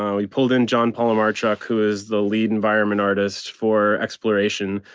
um we pulled in john palomar chuck who is the lead environment artist for exploration?